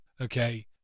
okay